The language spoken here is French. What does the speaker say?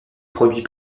produit